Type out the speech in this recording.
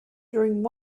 during